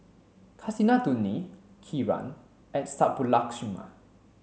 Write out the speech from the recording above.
Kasinadhuni Kiran and Subbulakshmi